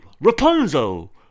Rapunzel